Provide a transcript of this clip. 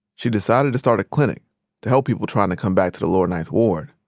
she decided to start a clinic to help people trying to come back to the lower ninth ward.